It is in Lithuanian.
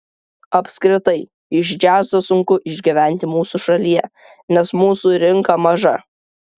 apskritai iš džiazo sunku išgyventi mūsų šalyje nes mūsų rinka maža